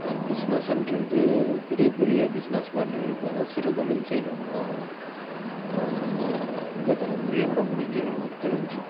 பிஸ்னஸ்ன்றது பெரிய பெரிய பிஸ்னஸ்மேன்கள் இருப்பாங்க சிறு தொழில் செய்கிறவங்கள்லாம் இந்த தலைமுறையோட முடிஞ்சிடும் எனக்கு தெரிஞ்சு